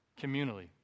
communally